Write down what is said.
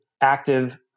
active